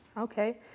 Okay